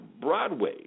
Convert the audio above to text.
Broadway